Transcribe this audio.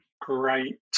great